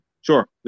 Sure